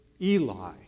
Eli